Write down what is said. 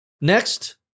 Next